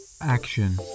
action